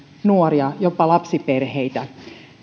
nuoria jopa lapsiperheitä